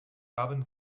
haben